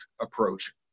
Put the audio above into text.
approach